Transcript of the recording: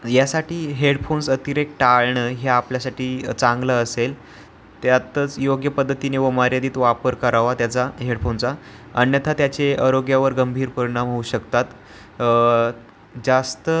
यासाठी हेडफोन्स अतिरेक टाळणं हे आपल्यासाठी चांगलं असेल त्यातच योग्य पद्धतीने व मर्यादित वापर करावा त्याचा हेडफोनचा अन्यथा त्याचे आरोग्यावर गंभीर परिणाम होऊ शकतात जास्त